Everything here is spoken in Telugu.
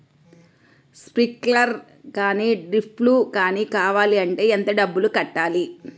స్ప్రింక్లర్ కానీ డ్రిప్లు కాని కావాలి అంటే ఎంత డబ్బులు కట్టాలి?